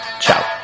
ciao